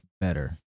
better